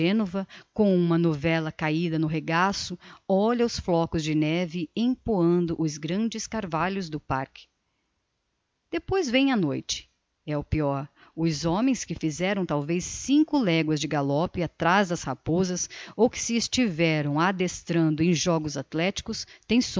genova com uma novella cahida no regaço olha os flocos de neve empoando os grandes carvalhos do parque depois vem a noite é o peior os homens que fizeram talvez cinco legoas de galope atraz das rapozas ou que se estiveram adestrando em jogos athleticos têm